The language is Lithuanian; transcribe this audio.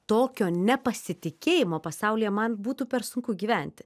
tokio nepasitikėjimo pasaulyje man būtų per sunku gyventi